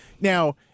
Now